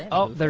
l